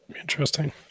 Interesting